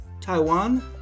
Taiwan